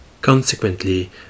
Consequently